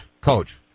Coach